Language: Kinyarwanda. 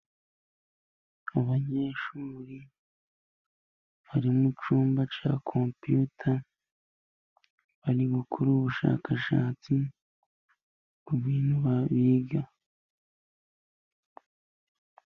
Abanyeshuri bari mu cyumba cya compiyuta, bari gukora ubushakashatsi ku bintu biga.